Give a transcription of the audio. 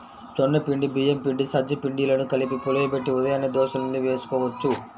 జొన్న పిండి, బియ్యం పిండి, సజ్జ పిండిలను కలిపి పులియబెట్టి ఉదయాన్నే దోశల్ని వేసుకోవచ్చు